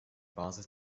basis